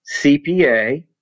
CPA